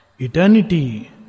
eternity